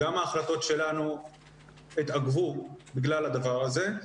גם ההחלטות שלנו התעכבו בגלל הדבר הזה.